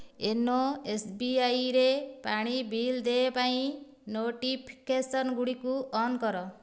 YONO ଏସ୍ବିଆଇରେ ପାଣି bill ଦେୟ ପାଇଁ ନୋଟିଫିକେସନ୍ ଗୁଡ଼ିକୁ ଅନ୍ କର